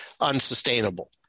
unsustainable